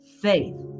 faith